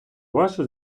вашу